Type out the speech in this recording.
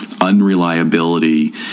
unreliability